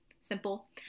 simple